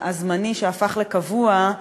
הזמני שהפך לקבוע,